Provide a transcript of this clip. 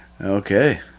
Okay